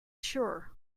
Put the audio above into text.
sure